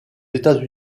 états